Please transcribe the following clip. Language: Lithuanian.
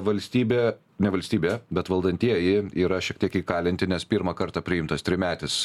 valstybė ne valstybė bet valdantieji yra šiek tiek įkalinti nes pirmą kartą priimtas trimetis